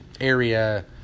area